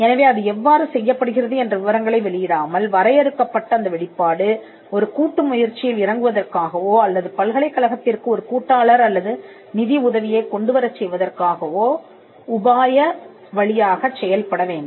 எனவே அது எவ்வாறு செய்யப்படுகிறது என்ற விவரங்களை வெளியிடாமல் வரையறுக்கப்பட்ட அந்த வெளிப்பாடு ஒரு கூட்டு முயற்சியில் இறங்குவதற்காகவோ அல்லது பல்கலைக்கழகத்திற்கு ஒரு கூட்டாளர் அல்லது நிதி உதவியைக் கொண்டு வரச் செய்வதற்காகவோ உபாய வழியாகச் செயல்பட வேண்டும்